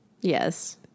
Yes